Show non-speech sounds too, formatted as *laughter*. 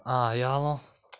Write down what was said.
ah ya lor *noise*